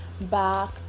back